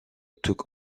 took